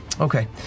okay